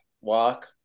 walk